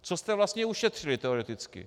Co jste vlastně ušetřili teoreticky?